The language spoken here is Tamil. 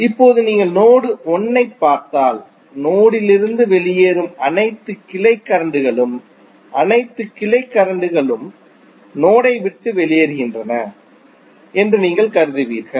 இப்போது நீங்கள் நோடு 1 ஐப் பார்த்தால் நோடிலிருந்து வெளியேறும் அனைத்து கிளை கரண்ட் களும் அனைத்து கிளை கரண்ட் களும் நோடை விட்டு வெளியேறுகின்றன என்று நீங்கள் கருதுவீர்கள்